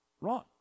wrong